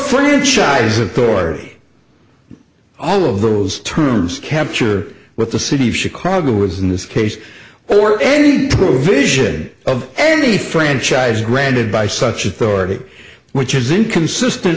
franchise authority all of those terms capture with the city of chicago was in this case where any vision of any franchise granted by such authority which is inconsistent